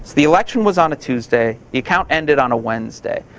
the election was on a tuesday. the account ended on a wednesday.